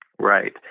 Right